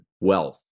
wealth